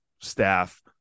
staff